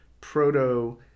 proto